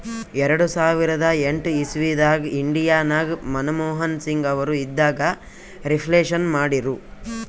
ಎರಡು ಸಾವಿರದ ಎಂಟ್ ಇಸವಿದಾಗ್ ಇಂಡಿಯಾ ನಾಗ್ ಮನಮೋಹನ್ ಸಿಂಗ್ ಅವರು ಇದ್ದಾಗ ರಿಫ್ಲೇಷನ್ ಮಾಡಿರು